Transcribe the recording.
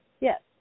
Yes